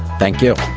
thank you